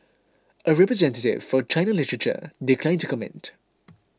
a representative for China Literature declined to comment